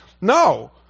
No